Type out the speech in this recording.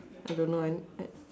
I don't know I I